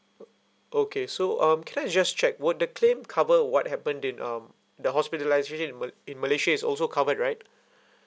okay so um can I just check would the claim cover what happened in um the hospitalisation in mal~ in malaysia is also covered right